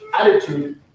attitude